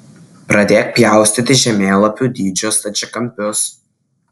pradėk pjaustyti žemėlapių dydžio stačiakampius